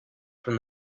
from